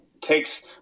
takes